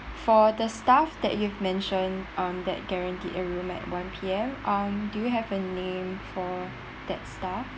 for the staff that you've mentioned um that guarantee a room at one P_M um do you have a name for that staff